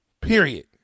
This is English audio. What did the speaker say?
period